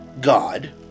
God